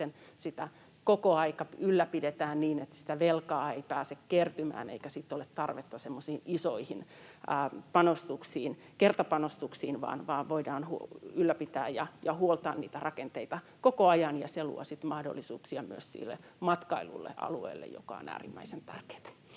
sitä koko aika ylläpidetään niin, että sitä velkaa ei pääse kertymään eikä siten ole tarvetta semmoisiin isoihin kertapanostuksiin vaan voidaan ylläpitää ja huoltaa niitä rakenteita koko ajan. Se luo sitten mahdollisuuksia myös alueen matkailulle, joka on äärimmäisen tärkeätä.